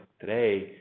today